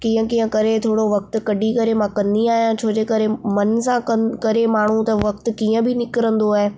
कीअं कीअं करे थोरो वक़्तु कढी करे मां कंदी आहियां छो जो मन सां कमु करे माण्हू त वक़्तु कीअं बि निकिरंदो आहे